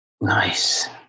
Nice